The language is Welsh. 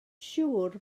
siŵr